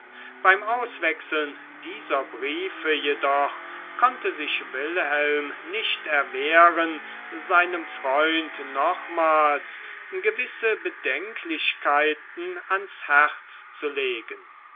beim auswechseln dieser briefe jedoch konnte sich wilhelm nicht erwehren seinem freund nochmals gewisse bedenklichkeiten ans herz zu legen